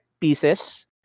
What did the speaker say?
pieces